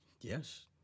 Yes